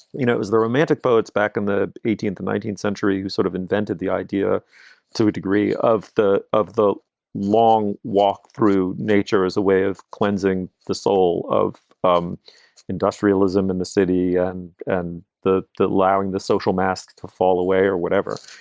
you know it was the romantic boats back in the eighteenth, nineteenth century who sort of invented the idea to a degree of the of the long walk through nature as a way of cleansing the soul of um industrialism in the city and and that allowing the social mask to fall away or whatever.